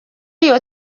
iyo